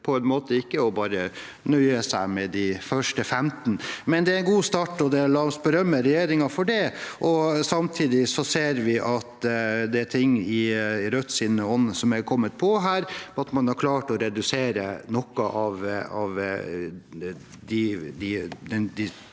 det er en god start, så la oss berømme regjeringen for det. Samtidig ser vi at det er ting i Rødts ånd som er kommet med, og at man har klart å redusere noe av de